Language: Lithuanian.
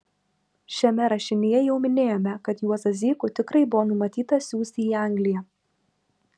šiame rašinyje jau minėjome kad juozą zykų tikrai buvo numatyta siųsti į angliją